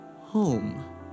home